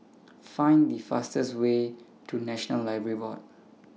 Find The fastest Way to National Library Board